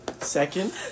Second